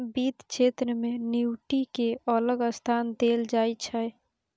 बित्त क्षेत्र मे एन्युटि केँ अलग स्थान देल जाइ छै